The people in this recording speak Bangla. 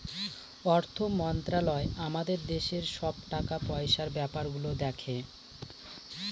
অর্থ মন্ত্রালয় আমাদের দেশের সব টাকা পয়সার ব্যাপার গুলো দেখে